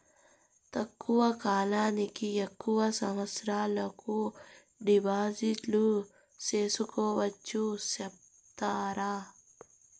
తక్కువ కాలానికి గా ఎన్ని సంవత్సరాల కు డిపాజిట్లు సేసుకోవచ్చు సెప్తారా